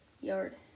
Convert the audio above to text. yard